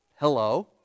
Hello